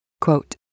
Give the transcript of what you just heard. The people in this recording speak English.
Quote